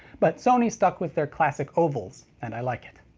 but sony stuck with their classic ovals, and i like it.